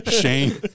shane